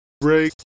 break